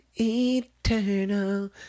eternal